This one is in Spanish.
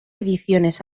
ediciones